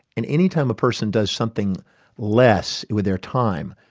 and any time a person does something less with their time,